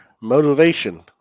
motivation